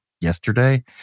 yesterday